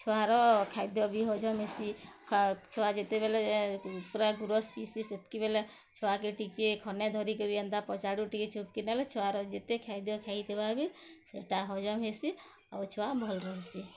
ଛୁଆର ଖାଦ୍ୟ ବି ହଜମ୍ ହେସି ଛୁଆ ଯେତେବେଲେ ପୁରା ଗୁରସ୍ ପିସି ସେତ୍କି ବେଲେ ଛୁଆକେ ଟିକେ ଖନେ ଧରି କରି ଏନ୍ତା ପଛଆଡ଼ୁ ଟିକେ ଚୁପ୍କି ନେଲେ ଛୁଆର ଯେତେ ଖାଦ୍ୟ ଖାଇଥିବା ବି ସେଇଟା ହଜମ୍ ହେସି ଆଉ ଛୁଆ ଭଲ୍ ରହେସିଁ